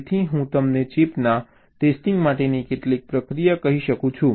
તેથી હું તમને ચિપના ટેસ્ટિંગ માટેની કેટલીક પ્રક્રિયા કહી શકું છું